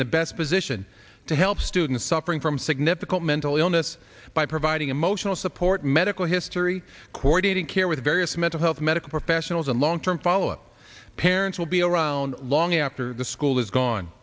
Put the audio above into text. in the best position to help students suffering from significant mental illness by providing emotional support medical history coordinating care with various mental health medical professionals and long term follow up parents will be around long after the school has gone